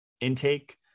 intake